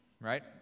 Right